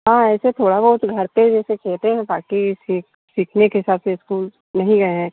हाँ ऐसे थोड़ा बहुत जैसे घर पर जैसे खेलते हैं औ बाकी सी सीखने के हिसाब से इसको नहीं गए हैं